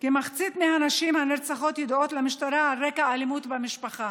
כמחצית מהנשים הנרצחות ידועות למשטרה על רקע של אלימות במשפחה.